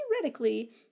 theoretically